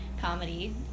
comedy